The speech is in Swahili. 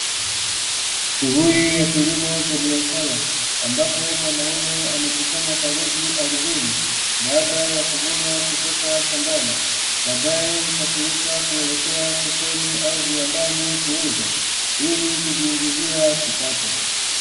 Shughuli ya kilimo cha biashara ambapo mwanaume amekusanya karoti ardhini baada ya kuvunwa kutoka shambani baadae usafirishwa kuelekea sokoni au viwandani kuuzwa ili kujiingizia kipato.